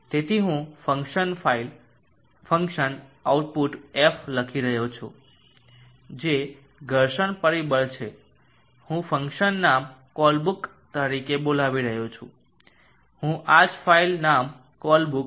તેથી હું function file function output f લખી રહ્યો છું જે એક ઘર્ષણ પરિબળ છે હું ફંક્શન નામ કોલબ્રુક તરીકે બોલાવી રહ્યો છું હું આ જ ફાઇલ નામ કોલબ્રુક